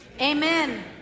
Amen